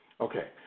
Okay